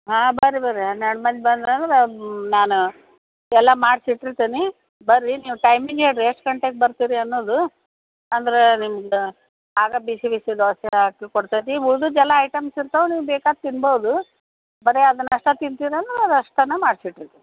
ಹಾಂ ಬನ್ರಿ ಬನ್ರಿ ಹನ್ನೆರಡು ಮಂದಿ ಬಂದ್ರು ಅಂದ್ರೆ ನಾನು ಎಲ್ಲ ಮಾಡ್ಸಿ ಇಟ್ಟಿರ್ತೀನಿ ಬನ್ರಿ ನೀವು ಟೈಮಿಂಗ್ ಹೇಳಿರಿ ಎಷ್ಟು ಗಂಟೆಗೆ ಬರ್ತೀರಿ ಅನ್ನೋದು ಅಂದ್ರೆ ನಿಮ್ದು ಆಗ ಬಿಸಿ ಬಿಸಿ ದೋಸೆ ಹಾಕಿ ಕೊಡ್ತೇತಿ ನೀವು ಉಳ್ದಿದ್ದೆಲ್ಲ ಐಟಮ್ಸ್ ಇರ್ತವೆ ನೀವು ಬೇಕಾದ್ದು ತಿನ್ಬೌದು ಬರೀ ಅದನ್ನು ಅಷ್ಟೆ ತಿಂತೀನಿ ಅಂದ್ರೆ ಅದು ಅಷ್ಟೆನೇ ಮಾಡ್ಸಿ ಇಟ್ಟಿರ್ತೀನಿ